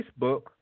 facebook